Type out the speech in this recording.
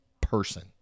person